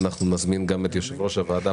אנחנו נזמין גם את יושב-ראש הוועדה,